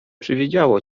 przywidziało